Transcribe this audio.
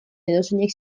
edozeinek